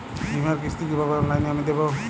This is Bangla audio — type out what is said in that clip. বীমার কিস্তি কিভাবে অনলাইনে আমি দেবো?